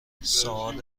سوال